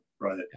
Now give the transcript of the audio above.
right